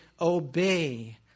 obey